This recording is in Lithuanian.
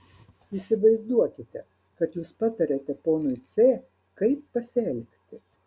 įsivaizduokite kad jūs patariate ponui c kaip pasielgti